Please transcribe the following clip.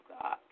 God